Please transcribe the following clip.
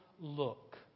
look